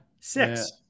Six